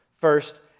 First